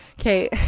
Okay